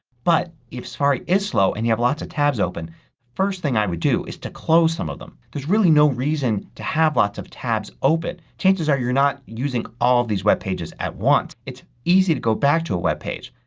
but if safari is slow and you have lots of tabs open the first thing i would do is to close some of them. there's really no reason to have lots of tabs open. chances are you're not using all these webpages at once. it's easy to go back to a webpage.